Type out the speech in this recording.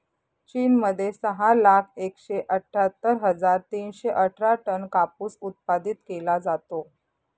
चीन मध्ये सहा लाख एकशे अठ्ठ्यातर हजार तीनशे अठरा टन कापूस उत्पादित केला जातो